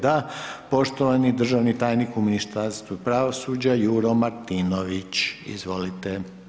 Da, poštovani državni tajnik u Ministarstvu pravosuđa, Juro Martinović, izvolite.